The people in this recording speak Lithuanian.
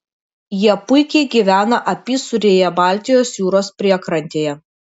jie puikiai gyvena apysūrėje baltijos jūros priekrantėje